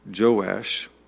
Joash